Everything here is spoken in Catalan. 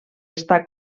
està